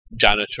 janitor